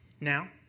Now